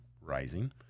rising